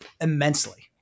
immensely